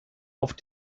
auf